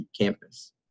campus